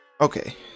Okay